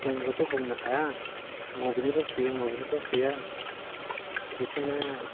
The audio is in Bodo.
जोंबोथ बुंनो हाया मबेनिफ्राय फैयो मबेनिफ्राय फैया बेखायनो